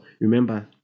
Remember